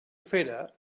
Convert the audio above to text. fera